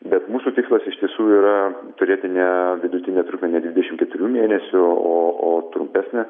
bet mūsų tikslas iš tiesų yra turėti ne vidutinę trukmę ne dvidešim keturių mėnesių o o trumpesnę